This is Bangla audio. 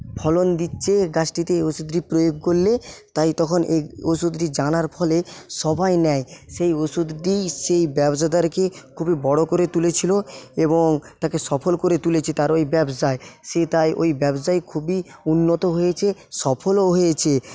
ফলন দিচ্ছে গাছটিতে এই ওষুধটি প্রয়োগ করলে তাই তখন এই ওষুধটি জানার ফলে সবাই নেয় সেই ওষুধটিই সেই ব্যবসাদারকে খুবই বড়ো করে তুলেছিলো এবং তাকে সফল করে তুলেছে তার ওই ব্যবসায় সে তাই ওই ব্যবসায় খুবই উন্নত হয়েছে সফলও হয়েছে